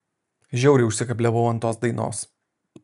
žiauriai užsikabliavau ant tos dainos